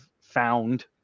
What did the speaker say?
found